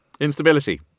instability